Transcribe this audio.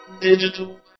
Digital